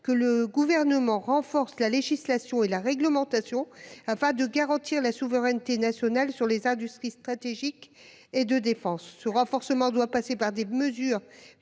que le Gouvernement renforce la législation et la réglementation, afin de garantir la souveraineté nationale sur les industries stratégiques et de défense. Ce renforcement doit passer par des mesures